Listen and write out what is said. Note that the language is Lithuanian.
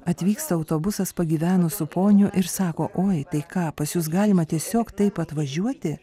atvyksta autobusas pagyvenusių ponių ir sako oi tai ką pas jus galima tiesiog taip atvažiuoti